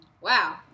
Wow